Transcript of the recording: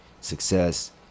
success